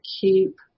keep